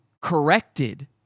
corrected